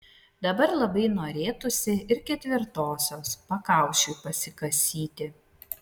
dabar labai norėtųsi ir ketvirtosios pakaušiui pasikasyti